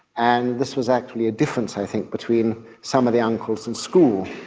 and this was actually a difference i think between some of the uncles and school.